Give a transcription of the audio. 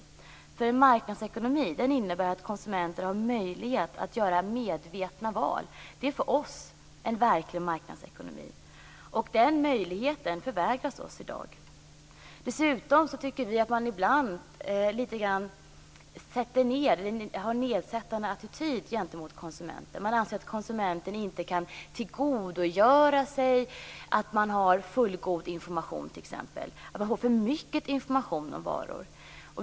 En marknadsekonomi innebär att konsumenter har möjlighet att göra medvetna val. Det är för oss en verklig marknadsekonomi. Den möjligheten förvägras oss i dag. Dessutom tycker vi att man ibland har en nedsättande attityd gentemot konsumenten. Man anser att konsumenten inte kan tillgodogöra sig fullgod information, t.ex., och att konsumenten får för mycket information om varor.